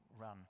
run